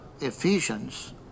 ephesians